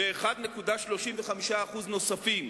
ב-1.35% נוסף.